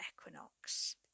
equinox